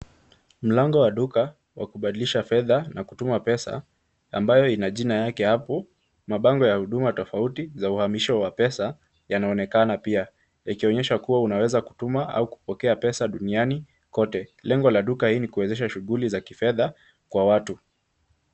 Mlango wa duka wa kubadilisha fedha na kutuma pesa ambayo ina jina yake hapo, mabango ya huduma tofauti za uhamisho wa pesa yanaonekana pia. Yakionyesha kuwa unaweza kutuma au kupokea pesa duniani kote. Lengo la duka hii ni kuwezesha shughuli za kifedha kwa watu.